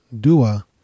dua